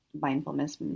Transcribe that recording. mindfulness